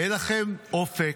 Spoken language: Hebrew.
אין לכם אופק.